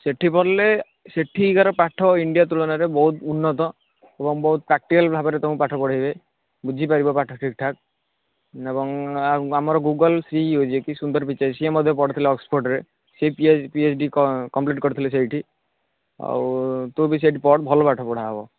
ସେଠି ପଢ଼ିଲେ ସେଠିକାର ପାଠ ଇଣ୍ଡିଆ ତୁଳନାରେ ବହୁତ ଉନ୍ନତ ଏବଂ ବହୁତ ପ୍ରାକ୍ଟିକାଲ୍ ଭାବରେ ତମକୁ ପାଠ ପଢ଼େଇବେ ବୁଝିପାରିବ ପାଠ ଠିକ୍ ଠାକ୍ ଏବଂ ଆମର ଗୁଗଲ୍ ସି ଇ ଓ ଯିଏ କି ସୁନ୍ଦର ପିଚାଇ ସେ ମଧ୍ୟ ପଢ଼ିଥିଲେ ଅକ୍ସଫୋର୍ଡରେ ସିଏ ପି ଏଚ୍ ଡ଼ି କମ୍ପ୍ଲିଟ୍ କରିଥିଲେ ସେଇଠି ଆଉ ତୁ ବି ସେଇଠି ପଢ଼ ଭଲ ପାଠ ପଢ଼ା ହେବ